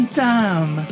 time